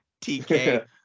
TK